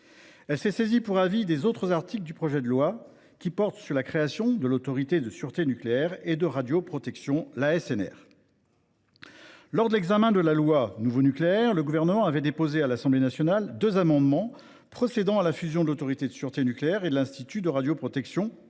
Elle s’est saisie pour avis des autres articles des deux projets de loi, relatifs à la création de l’Autorité de sûreté nucléaire et de radioprotection. Lors de l’examen de la loi Nouveau nucléaire, le Gouvernement avait déposé à l’Assemblée nationale deux amendements tendant à fusionner l’Autorité de sûreté nucléaire et l’Institut de radioprotection et de